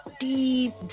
deep